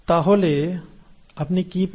তাহলে আপনি কি পেলেন